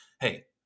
hey